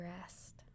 rest